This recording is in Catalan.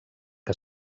que